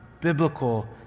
biblical